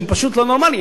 שהם פשוט לא נורמליים.